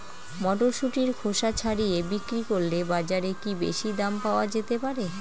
মটরশুটির খোসা ছাড়িয়ে বিক্রি করলে বাজারে কী বেশী দাম পাওয়া যেতে পারে?